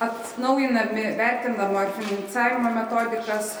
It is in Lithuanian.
atnaujinami vertinimo ir finansavimo metodikas